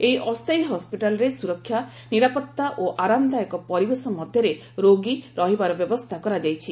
ଏହି ଅସ୍ଥାୟୀ ହସ୍କିଟାଲରେ ସୁରକ୍ଷା ନିରାପତ୍ତା ଓ ଆରାମ୍ଦାୟକ ପରିବେଶ ମଧ୍ୟରେ ରୋଗୀ ରହିବାର ବ୍ୟବସ୍ଥା କରାଯାଇଛି